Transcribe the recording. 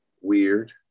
weird